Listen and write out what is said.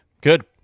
good